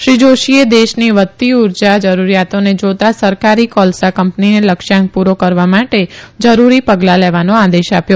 શ્રી જોશીએ દેશની વધતી ઉજા જરૂરીયાતોને જોતાં સરકારી કોલસા કંપનીને આ લક્ષ્યાંક પુરો કરવા માટે જરૂરી પગલાં લેવાનો આદેશ આપ્યો